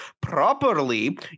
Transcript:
properly